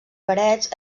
parets